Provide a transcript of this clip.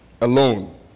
alone